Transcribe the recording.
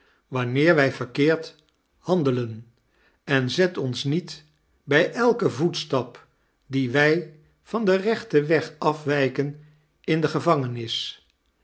wanneer wij yierkeerd haadelen en zefc one niet bij elken voetstap dien wij van den receten weg af wij ken in de gevangenis